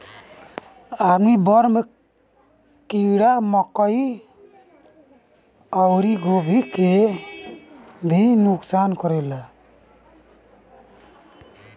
army worm कीड़ा मकई अउरी गोभी के भी नुकसान करेला